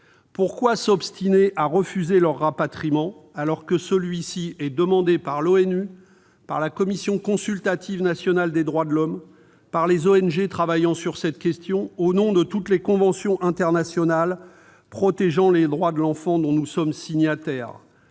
Pourquoi s'obstiner à refuser leur rapatriement alors que celui est demandé par l'ONU, par la Commission nationale consultative des droits de l'homme et par les ONG travaillant sur cette question, au nom de toutes les conventions internationales protégeant les droits de l'enfant dont nous sommes signataires ?